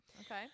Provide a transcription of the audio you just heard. Okay